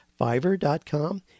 fiverr.com